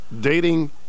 dating